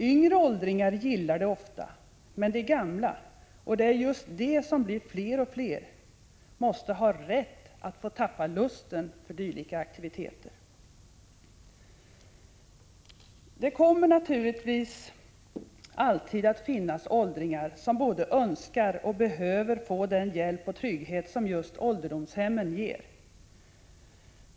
Yngre åldringar gillar det ofta, men de gamla — och det är just de som blir fler och fler — måsta ha rätt att tappa lusten för dylika aktiviteter. Det kommer naturligtvis alltid att finnas åldringar som både önskar och behöver få den hjälp och trygghet som just ålderdomshemmen ger.